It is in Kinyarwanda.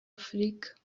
afurika